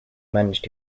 managed